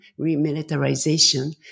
remilitarization